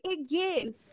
again